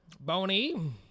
Bony